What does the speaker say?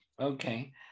Okay